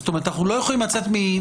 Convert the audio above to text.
זאת אומרת: אנחנו לא יכולים לצאת מתחושה